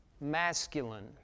masculine